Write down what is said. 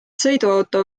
sõiduauto